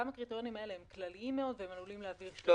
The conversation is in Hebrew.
גם הקריטריונים האלה הם כלליים מאוד והם עלולים --- טוב,